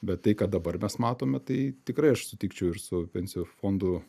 bet tai ką dabar mes matome tai tikrai aš sutikčiau ir su pensijų fondų